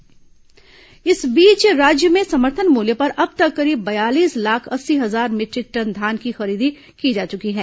धान खरीदी राज्य में समर्थन मूल्य पर अब तक कशीब बयालीस लाख अस्सी हजार मीटरिक टन धान की खरीदी की जा चुकी है